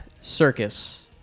circus